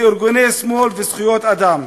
בארגוני שמאל וזכויות אדם.